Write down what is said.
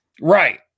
Right